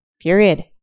Period